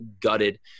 gutted